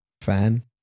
fan